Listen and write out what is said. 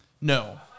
No